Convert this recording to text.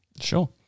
Sure